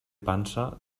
pansa